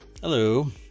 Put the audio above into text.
hello